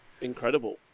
Incredible